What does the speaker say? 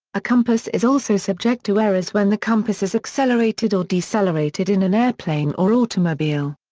a compass is also subject to errors when the compass is accelerated or decelerated in an airplane or automobile.